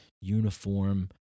uniform